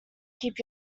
keep